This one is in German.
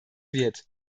wird